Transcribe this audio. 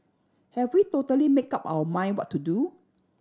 have we totally make up our mind what to do